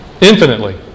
infinitely